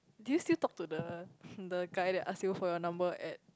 do you still talk to the the guy that ask you for your number at